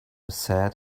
sad